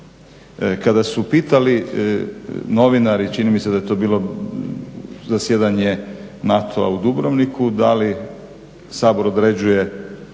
Kada su pitali novinari, čini mi se da je to bilo zasjedanje NATO-a u Dubrovniku, da li Sabor određuje